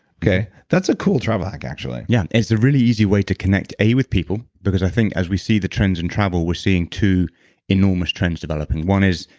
okay? that's a cool travel hack, actually yeah. it's a a really easy way to connect a, with people, because i think as we see the trends and travel, we're seeing two enormous trends developing. one is,